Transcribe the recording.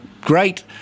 great